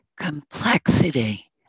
complexity